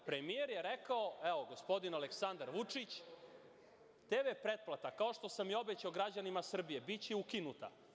Premijer je rekao, evo, gospodin Aleksandar Vučić: „TV pretplata, kao što sam i obećao građanima Srbije, biće ukinuta.